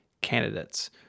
candidates